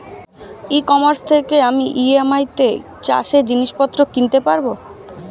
ই commerce থেকে আমি EMI তে চাষে জিনিসপত্র কিনতে পারব?